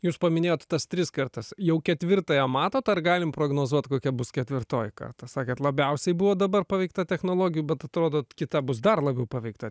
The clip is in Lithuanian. jūs paminėjot tas tris kartas jau ketvirtąją matot ar galim prognozuot kokia bus ketvirtoji karta sakėt labiausiai buvo dabar paveikta technologijų bet atrodo kita bus dar labiau paveikta